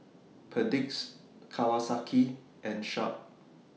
Perdix Kawasaki and Sharp